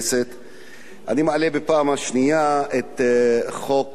אני מעלה בפעם השנייה את הצעת חוק ביטוח בריאות